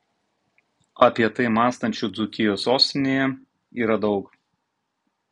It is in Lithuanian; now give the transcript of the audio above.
apie tai mąstančių dzūkijos sostinėje yra daug